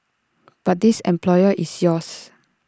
but this employer is yours